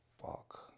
fuck